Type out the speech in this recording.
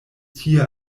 tie